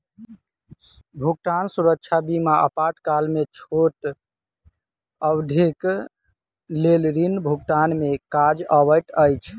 भुगतान सुरक्षा बीमा आपातकाल में छोट अवधिक लेल ऋण भुगतान में काज अबैत अछि